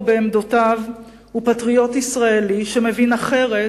ובעמדותיו הוא פטריוט ישראלי שמבין אחרת